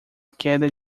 queda